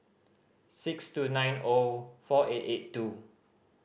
six two nine O four eight eight two